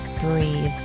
breathe